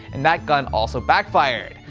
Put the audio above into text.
and that gun also backfired.